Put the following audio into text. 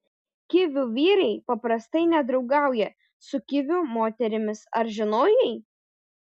kivių vyrai paprastai nedraugauja su kivių moterimis ar žinojai